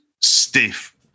stiff